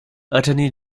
attorney